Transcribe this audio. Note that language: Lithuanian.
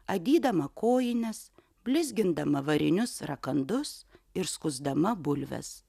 adydama kojines blizgindama varinius rakandus ir skusdama bulves